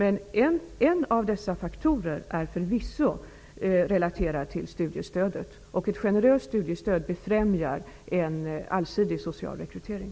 En av dessa faktorer är förvisso relaterade till studiestödet. Ett generöst studiestöd befrämjar en allsidig social rekrytering.